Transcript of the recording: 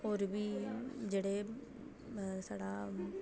और बी जेह्ड़े साढ़ा